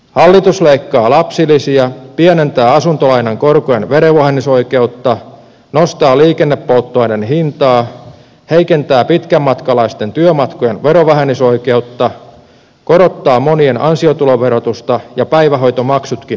hallitus leikkaa lapsilisiä pienentää asuntolainan korkojen verovähennysoikeutta nostaa liikennepolttoaineen hintaa heikentää pitkänmatkalaisten työmatkojen verovähennysoikeutta korottaa monien ansiotuloverotusta ja päivähoitomaksutkin nousevat